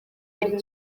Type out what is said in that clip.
icyo